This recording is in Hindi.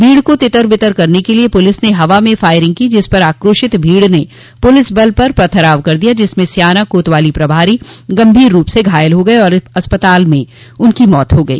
भीड़ को तितर बितर करने के लिए पूलिस ने हवा में फायरिंग की जिस पर आक्रोशित भीड़ ने पुलिस बल पर पथराव कर दिया जिसमें स्याना कोतवाली प्रभारी गंभीर रूप से घायल हो गये और अस्पताल में उनकी मौत हो गई